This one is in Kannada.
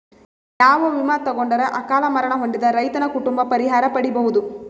ಯಾವ ವಿಮಾ ತೊಗೊಂಡರ ಅಕಾಲ ಮರಣ ಹೊಂದಿದ ರೈತನ ಕುಟುಂಬ ಪರಿಹಾರ ಪಡಿಬಹುದು?